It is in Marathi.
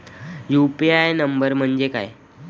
यु.पी.आय नंबर म्हणजे काय?